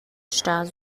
star